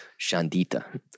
Shandita